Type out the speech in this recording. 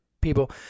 people